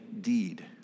deed